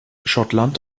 schottland